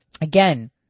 again